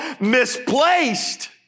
misplaced